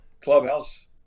clubhouse